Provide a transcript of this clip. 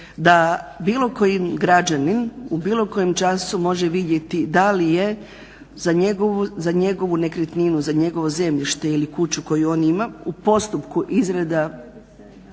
Da bilo koji građanin u bilo kojem času može vidjeti da li je za njegovu nekretninu, za njegovo zemljište ili kuću koju on ima u postupku izrada